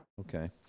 Okay